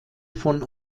von